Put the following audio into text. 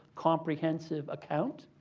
comprehensive account.